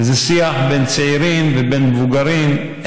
זה שיח בין צעירים, ובין מבוגרים.